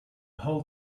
whole